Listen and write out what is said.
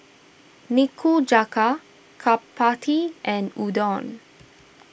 Nikujaga Chapati and Udon